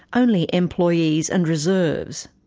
only employees and reserves.